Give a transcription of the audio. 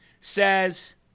says